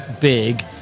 big